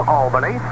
Albany